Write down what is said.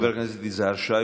חבר הכנסת יזהר שי.